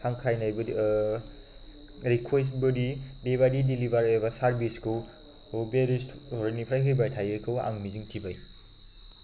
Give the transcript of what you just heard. हांख्रायनायबो रिकुवेसबादि बेबादि डिलिभारि एबा सार्भिसखौ बे रेस्टुरेन्टनिफ्राय होबाय थायोखौ आं मिजिं थिबाय